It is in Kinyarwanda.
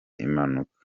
impanuka